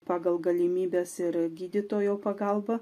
pagal galimybes ir gydytojo pagalbą